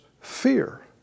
fear